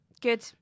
Good